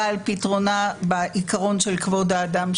בשמירה על כל הערכים, ודיברו על כך.